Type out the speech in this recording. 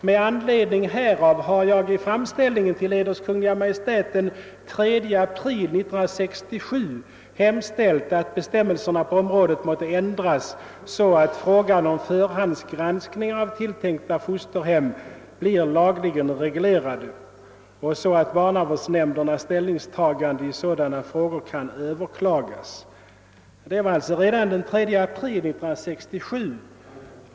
Med anledning härav har jag i framställning till Eders Kungl. Maj:t den 3 april 1967 hemställt, att bestämmelserna på området måtte ändras så att frågan om förhandsgranskningar av tilltänkta fosterhem blir lagligen reglerad och så att barnavårdsnämndernas ställningstaganden i sådana frågor kan överklagas ———.» Det aktuella uttalandet gjordes alltså redan den 3 april 1967.